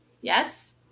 yes